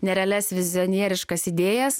nerealias vizionieriškas idėjas